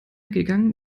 gegangen